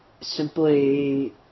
simply